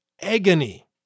agony